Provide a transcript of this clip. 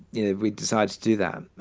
you know, we decide to do that.